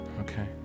Okay